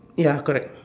ya correct